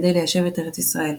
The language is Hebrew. כדי ליישב את ארץ ישראל,